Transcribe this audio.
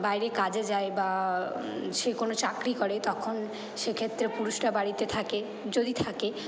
বাইরে কাজে যায় বা সে কোনো চাকরি করে তখন সে ক্ষেত্রে পুরুষরা বাড়িতে থাকে যদি থাকে